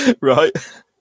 Right